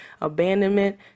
abandonment